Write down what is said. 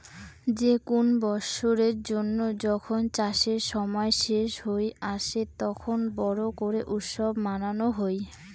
যে কুন বৎসরের জন্য যখন চাষের সময় শেষ হই আসে, তখন বড় করে উৎসব মানানো হই